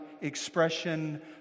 expression